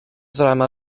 ddrama